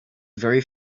very